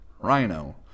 Rhino